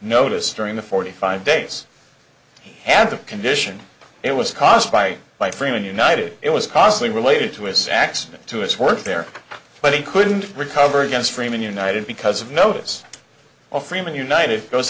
notice during the forty five days he had the condition it was caused by by freeman united it was possibly related to his accident to his work there but he couldn't recover against freeman united because of notice of freeman united goes